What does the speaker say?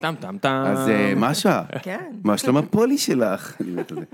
טאם טאם טאם! אז מאשה. כן. מה שלום הפולי שלך?